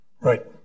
Right